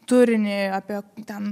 turinį apie ten